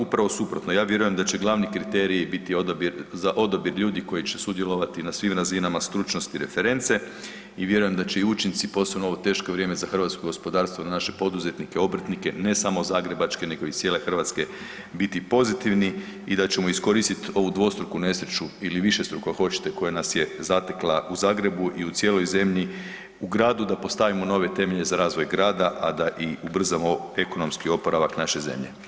Upravo suprotno, ja vjerujem da će glavni kriteriji biti za odabir ljudi koji će sudjelovati na svi razinama stručnosti reference i vjerujem da će i učinci, posebno u ovo teško vrijeme za hrvatsko gospodarstvo i naše poduzetnike, obrtnike, ne samo zagrebačke nego i cijele Hrvatske, biti pozitivni i da ćemo iskoristiti ovu dvostruku nesreću ili višestruko, ako hoćete, koja nas je zatekla u Zagrebu u i cijeloj zemlji, u gradu, da postavimo nove temelje za razvoj grada, a da i ubrzamo ekonomski oporavak naše zemlje.